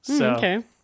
Okay